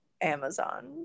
amazon